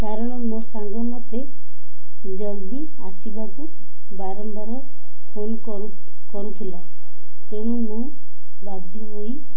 କାରଣ ମୋ ସାଙ୍ଗ ମୋତେ ଜଲ୍ଦି ଆସିବାକୁ ବାରମ୍ବାର ଫୋନ କରୁ କରୁଥିଲା ତେଣୁ ମୁଁ ବାଧ୍ୟ ହୋଇ